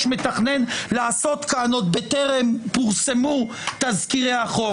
מתכנן לעשות כאן עוד בטרם פורסמו תזכירי החוק.